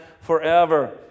forever